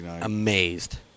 amazed